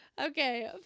okay